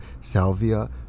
salvia